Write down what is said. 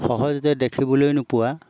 সহজতে দেখিবলৈ নোপোৱা